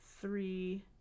three